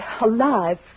alive